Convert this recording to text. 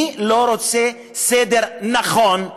מי לא רוצה סדר נכון?